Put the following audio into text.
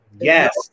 yes